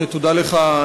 ותודה לך,